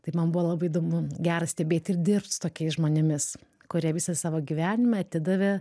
tai man buvo labai įdomu gera stebėti ir dirbt su tokiais žmonėmis kurie visą savo gyvenimą atidavė